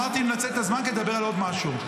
אמרתי, אני מנצל את הזמן כדי לדבר על עוד משהו.